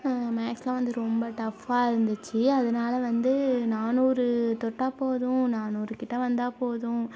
மேக்ஸ்லாம் வந்து ரொம்ப டஃப்பாக இருந்துச்சு அதனால வந்து நானூறு தொட்டால் போதும் நானூறு கிட்ட வந்தால் போதும்